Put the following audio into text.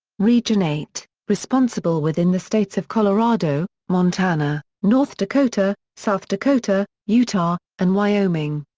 region eight responsible within the states of colorado, montana, north dakota, south dakota, utah, and wyoming.